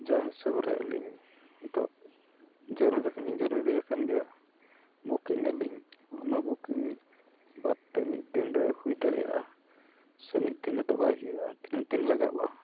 ᱡᱟᱦᱟᱸᱭ ᱥᱩᱨ ᱨᱮ ᱟᱹᱞᱤᱧ ᱱᱤᱛᱳᱜ ᱡᱚᱨᱩᱨ ᱦᱚᱸᱞᱤᱧ ᱡᱟᱹᱨᱩᱲᱤᱭ ᱟᱠᱟᱱ ᱜᱮᱭᱟ ᱟᱞᱤᱝ ᱚᱱᱟ ᱵᱟᱫᱽ ᱛᱮ ᱢᱤᱫ ᱫᱤᱱᱨᱮ ᱦᱩᱭ ᱫᱟᱲᱮᱭᱟᱜᱼᱟ ᱥᱮ ᱢᱤᱫ ᱫᱤᱱ ᱨᱮᱫᱚ ᱵᱟᱭ ᱦᱩᱭᱩᱜᱼᱟ ᱛᱤᱱᱟᱹᱜ ᱫᱤᱱ ᱞᱟᱜᱟᱣᱚᱜᱼᱟ